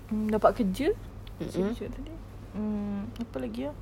mm dapat kerja macam cakap saya tadi apa lagi ah